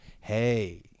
hey